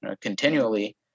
Continually